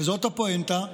וזאת הפואנטה,